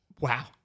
Wow